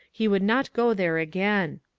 he would not go there again.